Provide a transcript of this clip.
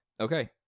Okay